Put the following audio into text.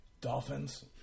dolphins